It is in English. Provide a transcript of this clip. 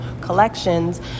collections